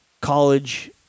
college